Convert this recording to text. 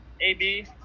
Ab